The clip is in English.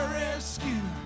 rescue